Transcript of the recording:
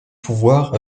pouvoir